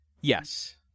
Yes